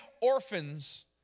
orphans